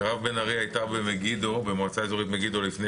מירב בן ארי הייתה במועצה האזורית מגידו לפני